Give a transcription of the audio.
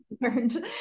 learned